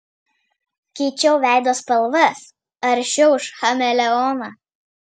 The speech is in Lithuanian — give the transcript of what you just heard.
keičiau veido spalvas aršiau už chameleoną